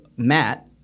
Matt